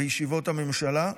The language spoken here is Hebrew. בישיבות הממשלה,